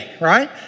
right